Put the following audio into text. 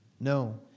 No